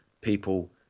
people